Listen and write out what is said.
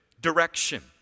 direction